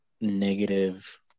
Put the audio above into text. negative